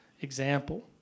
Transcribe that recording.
example